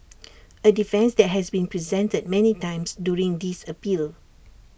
A defence that has been presented many times during this appeal